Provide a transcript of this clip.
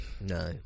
No